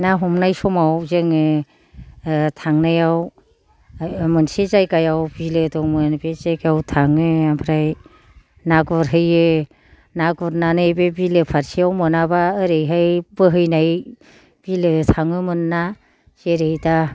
न' हमनाय समाव जोङो थांनायाव मोनसे जायगायाव बिलो दंमोन बे जायगायाव थाङो ओमफ्राय ना गुरहैयो ना गुरनानै बे बिलो फारसेयाव मोनाबा एरैहाय बोहैनाय बिलो थाङोमोना जेरै दा